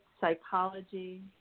psychology